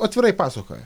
atvirai pasakoja